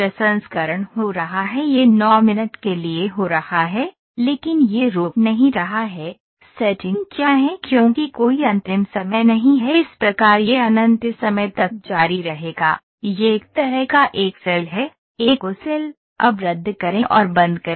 प्रसंस्करण हो रहा है यह 9 मिनट के लिए हो रहा है लेकिन यह रोक नहीं रहा है सेटिंग क्या है क्योंकि कोई अंतिम समय नहीं है इस प्रकार यह अनंत समय तक जारी रहेगा यह एक तरह का एक सेल है एक ओ सेल अब रद्द करें और बंद करें